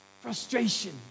frustration